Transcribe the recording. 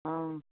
অঁ